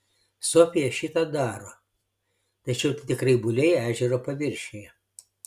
sofija šį tą daro tačiau tai tik raibuliai ežero paviršiuje